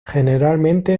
generalmente